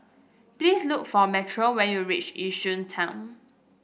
please look for Metro when you reach Yishun Town